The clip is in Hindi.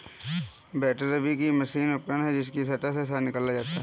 बैटरबी एक मशीनी उपकरण है जिसकी सहायता से शहद निकाला जाता है